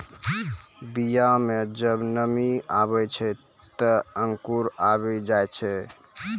बीया म जब नमी आवै छै, त अंकुर आवि जाय छै